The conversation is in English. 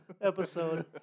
episode